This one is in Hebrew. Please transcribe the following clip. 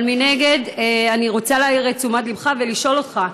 אבל מנגד אני רוצה להעיר את תשומת לבך ולשאול אותך: